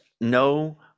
no